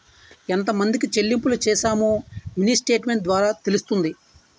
ఎంతమందికి చెల్లింపులు చేశామో మినీ స్టేట్మెంట్ ద్వారా తెలుస్తుంది